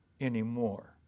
anymore